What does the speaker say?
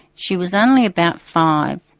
she was only about five,